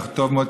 וטוב מאוד,